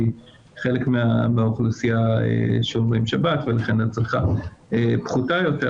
כי חלק מהאוכלוסייה שומרים שבת ולכן הצריכה פחותה יותר.